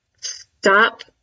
stop